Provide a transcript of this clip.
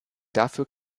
dafür